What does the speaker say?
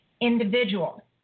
individual